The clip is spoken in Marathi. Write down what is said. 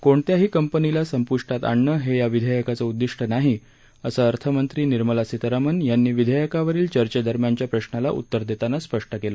कोणत्याही कंपनीला संपूष्टात आणणं हे या विधेयकाचं उद्दिष्ट नाही असं अर्थमंत्री निर्मला सितारमण यांनी विधेयकावरील चर्चेदरम्यानच्या प्रश्नाला उत्तर देताना स्पष्ट केलं